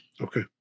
Okay